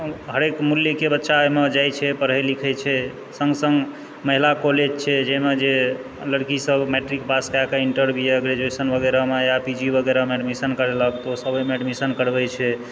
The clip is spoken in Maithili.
हरेक मूल्यके बच्चा ओहिमे जाइत छै पढ़ै लिखै छै सङ्ग सङ्ग महिला कॉलेज छै जाहिमे जे लड़कीसभ मैट्रिक पास कए कऽ इंटर बी ए ग्रेजुएशन वगैरहमे या पी जी वगैरहमे एडमिशन करेलक तऽ ओसभ ओहिमे एडमिशन करबै छै